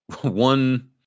One